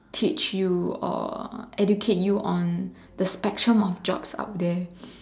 teach you or educate you on the spectrum of jobs out there